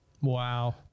Wow